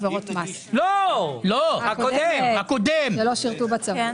שלא שירתו בצבא.